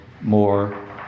more